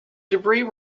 debris